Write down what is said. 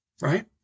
right